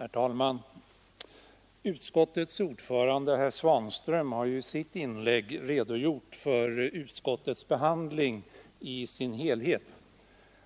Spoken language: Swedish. Herr talman! Utskottets ordförande, herr Svanström, har i sitt inlägg redogjort för utskottets behandling av frågan i dess helhet,